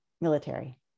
military